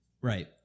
right